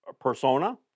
persona